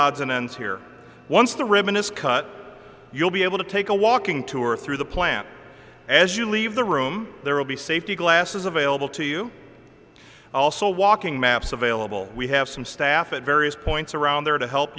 odds and ends here once the ribbon is cut you'll be able to take a walking tour through the plant as you leave the room there will be safety glasses available to you also walking maps available we have some staff at various points around there to help